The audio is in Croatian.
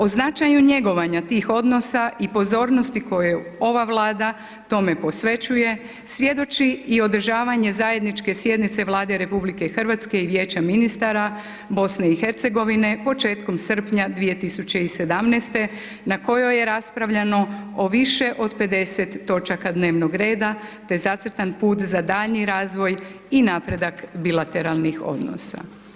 O značaju njegovanja tih odnosa i pozornosti koju ova Vlada tome posvećuje, svjedoči i održavanje zajedničke sjednice Vlade RH i Vijeća ministara BiH-a početkom srpnja 2017. na kojoj je raspravljano o više od 50 točaka dnevnog reda te zacrtan put za daljnji razvoj i napredak bilateralnih odnosa.